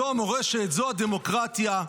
זו המורשת, זו הדמוקרטיה.